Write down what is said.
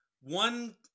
one